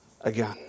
again